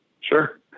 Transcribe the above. Sure